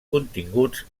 continguts